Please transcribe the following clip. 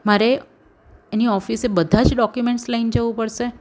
મારે એની ઓફિસે બધા જ ડોક્યુમેન્ટ્સ લઈને જવું પડશે